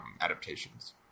adaptations